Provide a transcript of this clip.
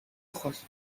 ojos